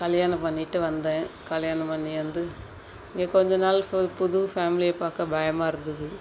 கல்யாணம் பண்ணிட்டு வந்தேன் கல்யாணம் பண்ணி வந்து இங்கே கொஞ்சம் நாள் ஃப் ஒரு புது ஃபேமிலியை பார்க்க பயமாக இருந்தது